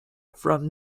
from